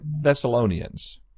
Thessalonians